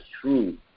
true